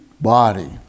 body